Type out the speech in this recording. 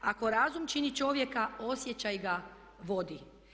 Ako razum čini čovjeka osjećaj ga vodi.